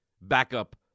backup